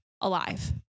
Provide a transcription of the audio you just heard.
alive